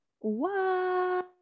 Wow